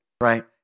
right